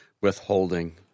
withholding